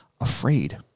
afraid